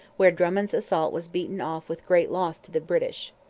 where drummond's assault was beaten off with great loss to the british.